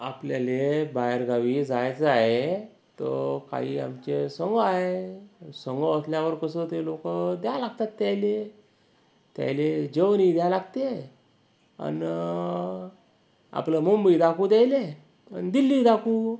आपल्याला बाहेरगावी जायचं आहे तो थाइ आमचे समूह आहे समूह असल्यावर कसं ते लोक द्याय लागतात त्याइले त्याइले जेवणही द्या लागते आणि आपलं मुंबई दाखवू त्याइले आणि दिल्लीही दाखवू